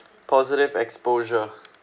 positive exposure